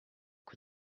with